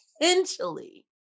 potentially